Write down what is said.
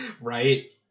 Right